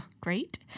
great